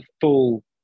full